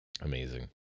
Amazing